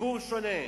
ציבור שונה.